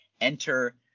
enter